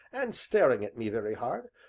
and staring at me very hard,